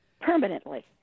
permanently